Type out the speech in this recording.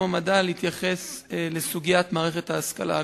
המדע ולהתייחס לסוגיית מערכת ההשכלה הגבוהה.